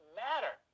matter